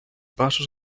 passos